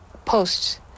Posts